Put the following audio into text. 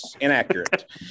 Inaccurate